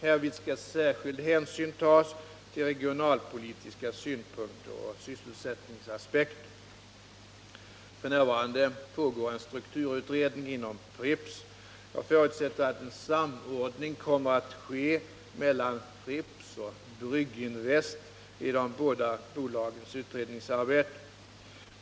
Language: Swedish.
Härvid skall särskild hänsyn tas till regionalpolitiska synpunkter och sysselsättningsaspekter. F.n. pågår en strukturutredning inom Pripps. Jag förutsätter att en samordning kommer att ske mellan Pripps och Brygginvest i de båda bolagens utredningsarbete.